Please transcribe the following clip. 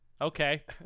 Okay